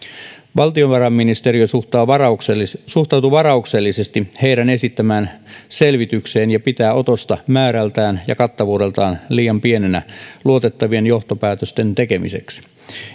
valtiovarainministeriö suhtautuu varauksellisesti suhtautuu varauksellisesti heidän esittämäänsä selvitykseen ja pitää otosta määrältään ja kattavuudeltaan liian pienenä luotettavien johtopäätösten tekemiseksi